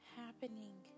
happening